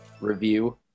review